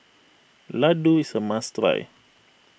Laddu is a must try